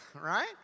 right